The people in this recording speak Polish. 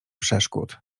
przeszkód